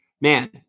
man